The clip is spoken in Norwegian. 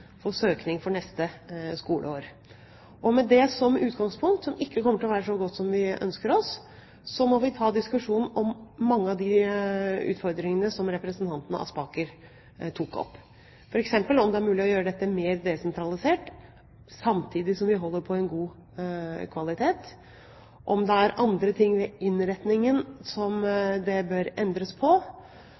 søkning for neste skoleår. Med det som utgangspunkt – som ikke kommer til å være så godt som vi ønsker oss – må vi ta diskusjonen om mange av de utfordringene som representanten Aspaker tar opp, f.eks. om det er mulig å gjøre dette mer desentralisert samtidig som vi holder på god kvalitet, eller om det er andre ting ved innretningen som det bør endres på.